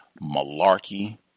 malarkey